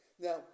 Now